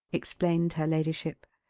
explained her ladyship,